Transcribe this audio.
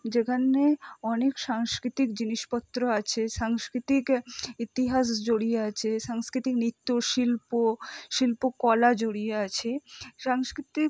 যেখানে অনেক সাংস্কৃতিক জিনিসপত্র আছে সাংস্কৃতিক ইতিহাস জড়িয়ে আছে সাংস্কৃতিক নৃত্য শিল্প শিল্পকলা জড়িয়ে আছে সাংস্কিতিক